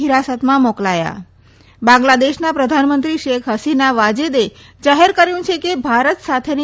ફીરાસતમાં મોકલાયા બાંગ્લાદેશના પ્રધાનમંત્રી શેખ હસીના વાજેદે જાહેર કર્યું છે કે ભારત સાથેની